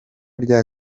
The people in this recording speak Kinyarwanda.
rya